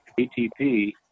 ATP